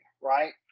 Right